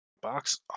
Box